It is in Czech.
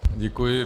Děkuji.